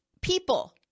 People